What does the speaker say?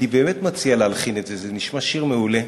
אני באמת מציע להלחין את זה, זה נשמע שיר מעולה.